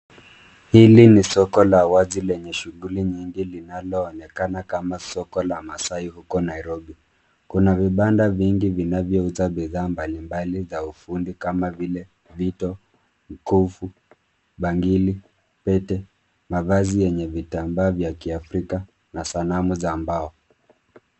Hili ni soko la wazi lenye shughuli nyingi linaloonekana kama soko la Masai uko Nairobi. Kuna vibanda vingi vinavyouza bidhaa mbalimbali za ufundi kama vile vito, mkufu, bangili, pete, mavazi yenye vitambaa vya kiafrika na sanamu za mbao.